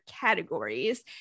categories